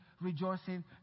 rejoicing